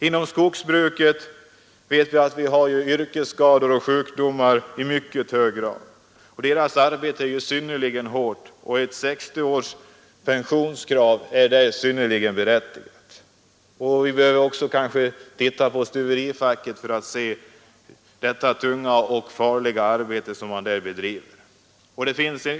Inom skogsbruket förekommer yrkesskador och sjukdomar i mycket hög grad. Arbetet i skogen är mycket hårt, och kravet på pension vid 60 år är synnerligen berättigat. Vi bör kanske också se på stuverifacket med det tunga och farliga arbete som där bedrivs.